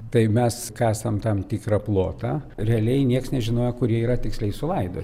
tai mes kasam tam tikrą plotą realiai niekas nežinojo kurie yra tiksliai sulaidoti